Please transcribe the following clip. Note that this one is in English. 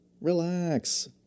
Relax